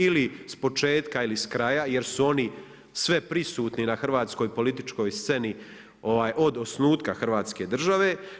Ili s početka ili s kraja jer su oni sve prisutni na hrvatskoj političkoj sceni od osnutka Hrvatske države.